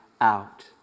out